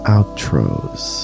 Outros